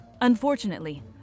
Unfortunately